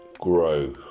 Grow